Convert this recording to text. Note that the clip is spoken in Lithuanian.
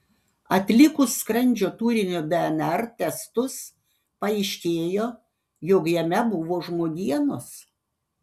atlikus skrandžio turinio dnr testus paaiškėjo jog jame buvo žmogienos